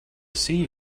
see